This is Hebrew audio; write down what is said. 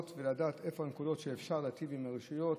ולדעת איפה הנקודות שבהן אפשר להיטיב עם הרשויות,